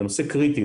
זה נושא קריטי.